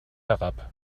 herab